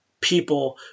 people